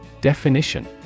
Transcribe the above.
Definition